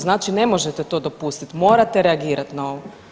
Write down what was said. Znači ne možete to dopustiti, morate reagirat na ovo.